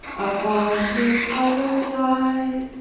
upon the other side.